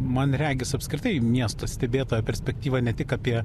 man regis apskritai miesto stebėtojo perspektyva ne tik apie